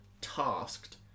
tasked